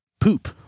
Poop